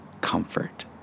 comfort